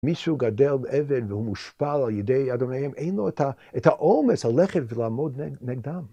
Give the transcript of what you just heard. מישהו גדל עבד והוא מושפע על ידי אדוניהם, אין לו את האומץ ללכת ולעמוד נגדם.